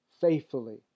faithfully